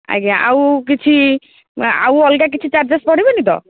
ଆଜ୍ଞା ଆଉ କିଛି ଆଉ ଅଲଗା କିଛି ଚାର୍ଜେସ୍ ପଡ଼ିବନି ତ